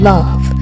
Love